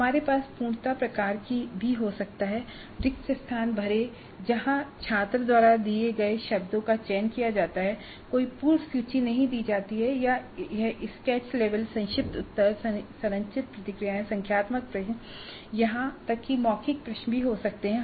हमारे पास पूर्णता प्रकार भी हो सकता है रिक्त स्थान भरें जहां छात्र द्वारा दिए गए शब्दों का चयन किया जाता है कोई पूर्व सूची नहीं दी जाती है या यह स्केच लेबल संक्षिप्त उत्तर संरचित प्रतिक्रियाएं संख्यात्मक प्रश्न यहां तक कि मौखिक प्रश्न भी हो सकते हैं